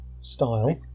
style